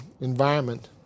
environment